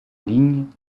ligne